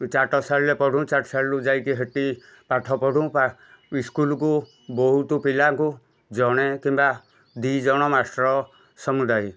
ଚାଟଶାଳୀରେ ପଢ଼ୁ ଚାଟଶାଳୀରୁ ଯାଇକି ହେଟି ପାଠ ପଢ଼ୁ ପା ସ୍କୁଲ୍କୁ ବହୁତ ପିଲାଙ୍କୁ ଜଣେ କିମ୍ବା ଦୁଇ ଜଣ ମାଷ୍ଟର୍ ସମୁଦାୟ